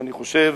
אני חושב